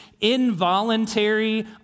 involuntary